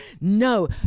No